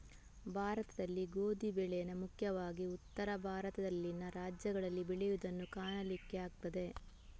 ಭಾರತದಲ್ಲಿ ಗೋಧಿ ಬೆಳೇನ ಮುಖ್ಯವಾಗಿ ಉತ್ತರ ಭಾರತದಲ್ಲಿನ ರಾಜ್ಯಗಳಲ್ಲಿ ಬೆಳೆಯುದನ್ನ ಕಾಣಲಿಕ್ಕೆ ಆಗ್ತದೆ